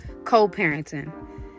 co-parenting